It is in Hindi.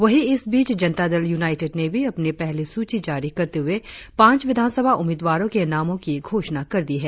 वहीं इस बीच जनता दल यूनाईटेड ने भी अपनी पहली सूची जारी करते हुए पांच विधानसभा उम्मीदवारों के नामों की घोषणा कर दी है